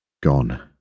Gone